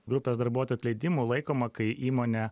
grupės darbuotojų atleidimu laikoma kai įmonė